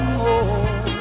more